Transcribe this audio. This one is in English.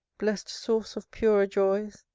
blest source of purer joys!